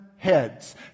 heads